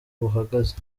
buhagaze